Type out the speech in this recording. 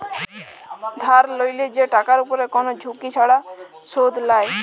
ধার ক্যরলে যে টাকার উপরে কোন ঝুঁকি ছাড়া শুধ লায়